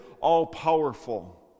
all-powerful